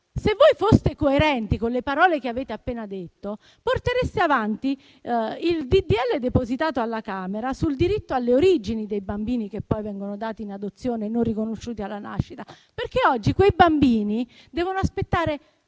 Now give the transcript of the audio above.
Se voi foste coerenti con le parole che avete appena pronunciato, porterete avanti il disegno di legge, depositato alla Camera, sul diritto alle origini dei bambini che poi vengono dati in adozione, non riconosciuti alla nascita, perché oggi quei bambini devono aspettare